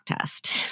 test